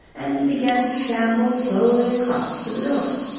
and he began to shamble slowly across to the door.